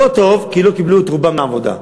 לא טוב כי לא קיבלו את רובם לעבודה,